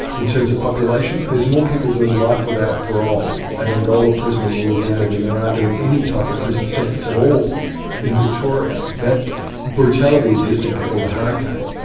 in terms of population. there's more people doing life without parole at angola prison in louisiana than there are doing any type of prison sentence at all in victoria. that brutality existed before the hurricane.